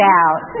out